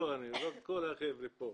לא רק אני, כל החבר'ה פה,